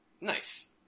Nice